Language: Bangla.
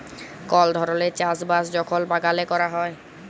কল ধরলের চাষ বাস যখল বাগালে ক্যরা হ্যয়